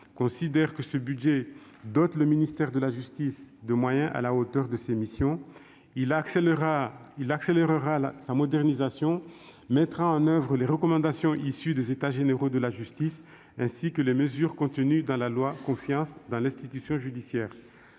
considère que ce budget dote le ministère de la justice de moyens à la hauteur de ses missions, car il accélérera sa modernisation et mettra en oeuvre les recommandations issues des États généraux de la justice, ainsi que les mesures contenues dans la loi pour la confiance dans l'institution judiciaire.